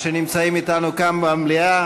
שנמצאים אתנו כאן, במליאה.